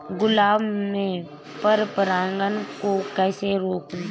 गुलाब में पर परागन को कैसे रोकुं?